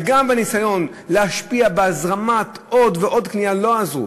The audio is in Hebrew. וגם ניסיון להשפיע בהזרמת עוד ועוד קנייה לא עזר.